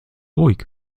ruhig